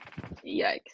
Yikes